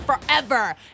forever